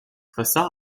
facade